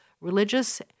religious